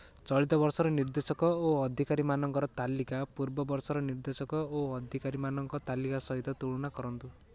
ଚଳିତ ବର୍ଷର ନିର୍ଦ୍ଦେଶକ ଓ ଅଧିକାରୀମାନଙ୍କର ତାଲିକା ପୂର୍ବ ବର୍ଷର ନିର୍ଦ୍ଦେଶକ ଓ ଅଧିକାରୀମାନଙ୍କ ତାଲିକା ସହିତ ତୁଳନା କରନ୍ତୁ